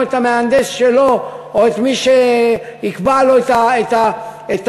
את המהנדס שלו או את מי שיקבע לו את התוכן,